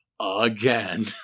again